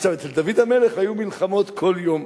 עכשיו, אצל דוד המלך היו מלחמות כל יום,